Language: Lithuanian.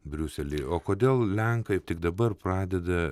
briuselyje o kodėl lenkai tik dabar pradeda